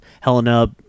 Helena